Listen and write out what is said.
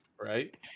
Right